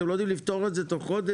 אתם לא יודעים לפתור את זה בתוך חודש?